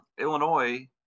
Illinois